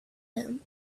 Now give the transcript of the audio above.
him